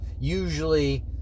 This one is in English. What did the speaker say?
usually